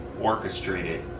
orchestrated